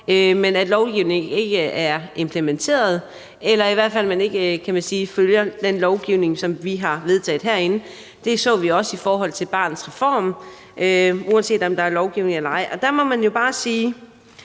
men at lovgivningen ikke er blevet implementeret, eller at man i hvert fald ikke følger den lovgivning, som vi har vedtaget herinde. Det så vi også i forbindelse med Barnets Reform – lovgivning eller ej. Der må man jo bare sige,